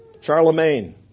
Charlemagne